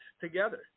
together